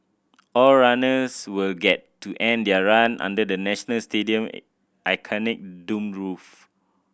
all runners will get to end their run under the National Stadium iconic domed roof